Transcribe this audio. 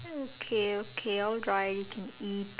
okay okay alright you can eat